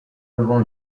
devant